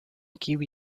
kiwi